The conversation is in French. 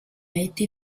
été